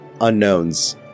unknowns